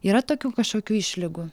yra tokių kažkokių išlygų